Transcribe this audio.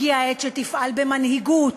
הגיעה העת שתפעל במנהיגות,